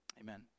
Amen